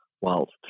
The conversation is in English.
whilst